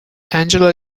angela